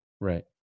Right